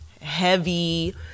heavy